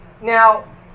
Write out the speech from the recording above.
Now